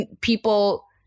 people